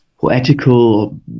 Poetical